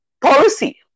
policy